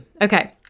Okay